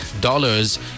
dollars